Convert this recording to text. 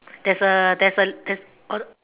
there's a there's a there's or